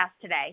today